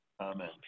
Amen